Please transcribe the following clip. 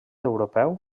europeu